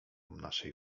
naszej